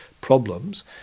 problems